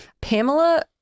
Pamela